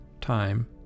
time